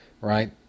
right